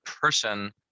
person